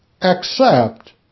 accept